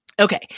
Okay